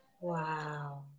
Wow